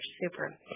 Super